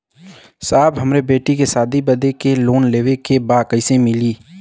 साहब हमरे बेटी के शादी बदे के लोन लेवे के बा कइसे मिलि?